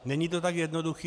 Není to tak jednoduché.